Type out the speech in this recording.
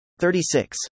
36